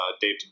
Dave